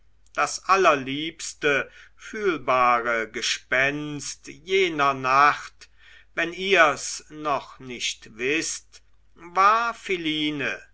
das allerliebste fühlbare gespenst jener nacht wenn ihr's noch nicht wißt war philine